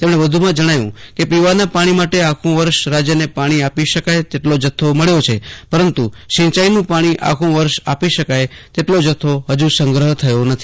તેમને વધુમાં જણાવ્યું કેપીવાના પાણી માટે આખું વરસ રાજ્યને પાણી આપી શકાય તેટલો જથ્થો મળ્યો છેપરંતુ સિંચાઇનું પાણી આખું વર્ષ આપી શકાય તેટલો જથ્થો હજુ સંગ્રહ થયો નથી